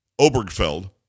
Obergfeld